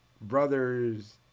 brother's